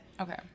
Okay